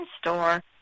store